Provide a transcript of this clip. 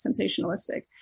sensationalistic